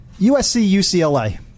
USC-UCLA